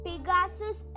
Pegasus